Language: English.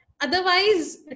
Otherwise